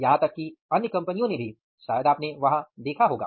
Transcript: यहां तक कि अन्य कंपनियों ने भी शायद आपने वहां देखा होगा